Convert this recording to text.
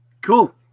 cool